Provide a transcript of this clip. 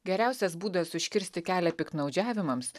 geriausias būdas užkirsti kelią piktnaudžiavimams